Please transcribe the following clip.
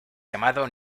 llamado